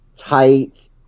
tight